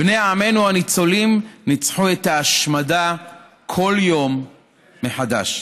בני עמנו הניצולים ניצחו את ההשמדה כל יום מחדש.